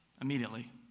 immediately